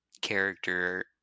character